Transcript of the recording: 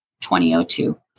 2002